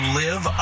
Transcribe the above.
live